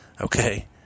Okay